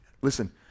Listen